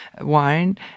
wine